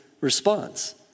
response